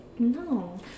No